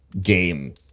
game